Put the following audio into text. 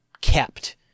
kept